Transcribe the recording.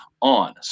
on